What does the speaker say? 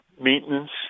maintenance